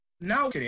Now